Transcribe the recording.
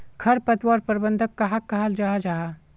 खरपतवार प्रबंधन कहाक कहाल जाहा जाहा?